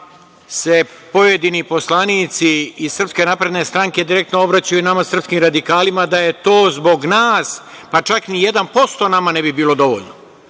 se pojedini poslanici iz SNS direktno obraćaju nama srpskim radikalima da je to zbog nas, pa čak ni 1% nama ne bi bilo dovoljno. Ne